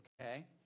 okay